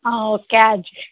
ఓ క్యాజ్